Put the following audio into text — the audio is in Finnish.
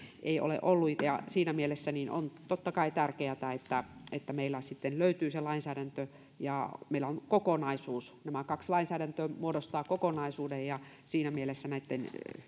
ei ole ollut ja siinä mielessä on totta kai tärkeätä että että meillä sitten löytyy se lainsäädäntö ja meillä on kokonaisuus nämä kaksi lainsäädäntöä muodostavat kokonaisuuden ja siinä mielessä näitten